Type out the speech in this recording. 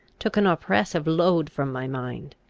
took an oppressive load from my mind.